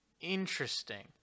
Interesting